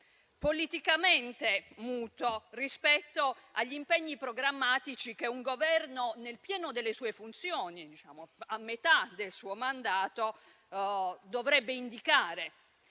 politicamente muto rispetto agli impegni programmatici che un Esecutivo, nel pieno delle sue funzioni e a metà del suo mandato, dovrebbe indicare.